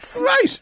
Right